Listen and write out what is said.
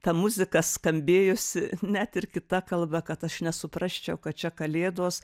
ta muzika skambėjusi net ir kita kalba kad aš nesuprasčiau kad čia kalėdos